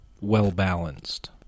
well-balanced